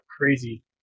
crazy